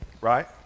Right